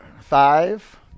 Five